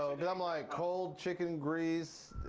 ah oh. then i'm like cold chicken grease.